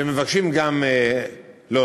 ומבקשים גם להוסיף